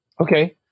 Okay